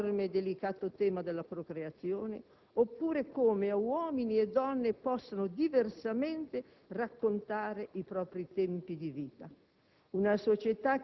Si pensi all'enorme e delicato tema della procreazione oppure a come uomini e donne possono diversamente raccontare i propri tempi di vita.